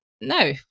No